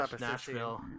Nashville